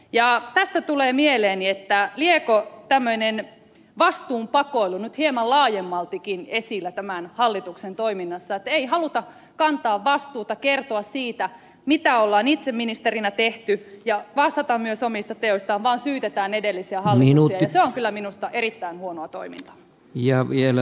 tästä tulee mieleeni että liekö tämmöinen vastuun pakoilu nyt hieman laajemmaltikin esillä tämän hallituksen toiminnassa että ei haluta kantaa vastuuta kertoa siitä mitä on itse ministerinä tehty ja vastata myös omista teoistaan vaan syytetään edellisiä hallituksia ja se on kyllä minusta erittäin huonoa toimintaa